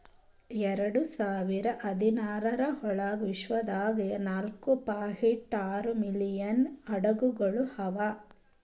ಎರಡು ಸಾವಿರ ಹದಿನಾರರ ಒಳಗ್ ವಿಶ್ವದಾಗ್ ನಾಲ್ಕೂ ಪಾಯಿಂಟ್ ಆರೂ ಮಿಲಿಯನ್ ಹಡಗುಗೊಳ್ ಅವಾ